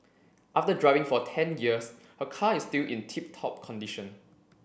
after driving for ten years her car is still in tip top condition